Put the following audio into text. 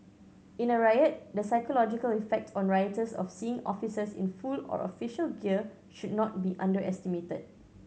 in a riot the psychological effect on rioters of seeing officers in full or official gear should not be underestimated